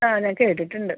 ആ ഞാൻ കേട്ടിട്ടുണ്ട്